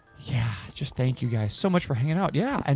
yeah. just thank you guys so much for hanging out. yeah. and